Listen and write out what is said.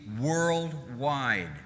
worldwide